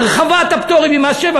הרחבת הפטורים ממס שבח,